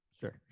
Sure